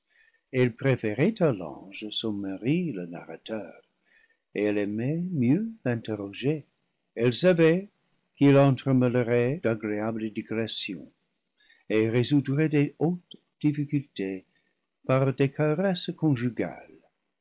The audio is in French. elle préférait à l'ange son mari le narrateur et elle aimait mieux l'interroger elle savait qu'il entremêlerait d'agréables digressions et résoudrait les hautes difficultés par des caresses conjugales